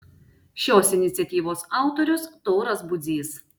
šios iniciatyvos autorius tauras budzys